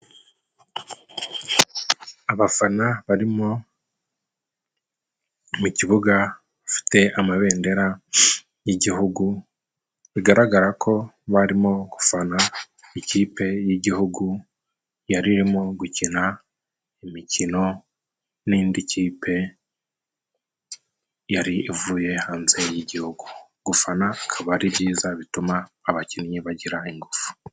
Abafana barimo mu kibuga bafite amabendera y'igihugu bigaragara ko barimo gufana ikipe y'igihugu yari irimo gukina imikino n'indi kipe yari ivuye hanze y'igihugu. Gufana bikaba ari byiza bituma abakinnyi bagira ingufu